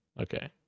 Okay